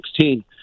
2016